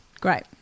great